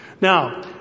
Now